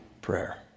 prayer